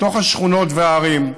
בתוך השכונות והערים.